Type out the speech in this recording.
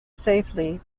safely